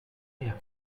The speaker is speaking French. rien